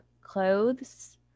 clothes